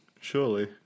surely